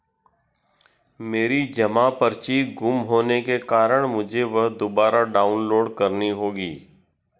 मेरी जमा पर्ची गुम होने के कारण मुझे वह दुबारा डाउनलोड करनी होगी